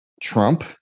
Trump